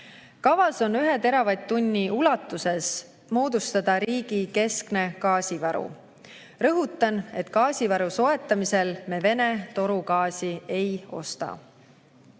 Kavas on 1 teravatt-tunni ulatuses moodustada riigi keskne gaasivaru. Rõhutan, et gaasivaru soetamisel me Vene torugaasi ei